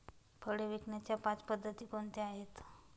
फळे विकण्याच्या पाच पद्धती कोणत्या आहेत?